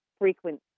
frequency